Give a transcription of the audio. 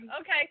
Okay